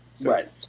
Right